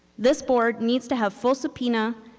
this board needs to have full subpoena,